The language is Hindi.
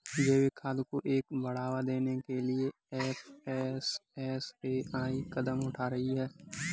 जैविक खाद को बढ़ावा देने के लिए एफ.एस.एस.ए.आई कदम उठा रही है